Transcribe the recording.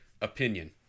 opinion